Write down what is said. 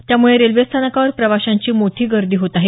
त्यामुळे रेल्वेस्थानकावर प्रवाशांची मोठी गर्दी होत आहे